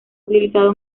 utilizado